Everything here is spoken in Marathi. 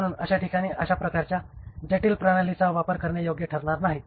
म्हणून अशा ठिकाणी अशा प्रकारच्या जटिल प्रणालीचा वापर करणे योग्य ठरणार नाही